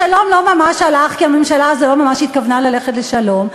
השלום לא ממש הלך כי הממשלה הזאת לא ממש התכוונה ללכת לשלום,